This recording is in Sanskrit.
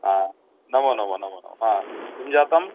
आ नमो नमो नमो नमः हा किम् जातम्